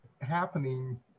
happening